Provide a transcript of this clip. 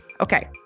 Okay